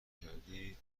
کردی